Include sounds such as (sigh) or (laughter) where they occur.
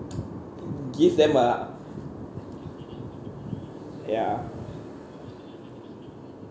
(noise) give them ah ya